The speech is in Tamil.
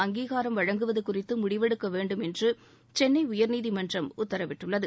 அங்கீகாரம் வழங்குவது குறித்து முடிவெடுக்க வேண்டும் என்று சென்னை உயர்நீதிமன்றம் உத்தரவிட்டுள்ளது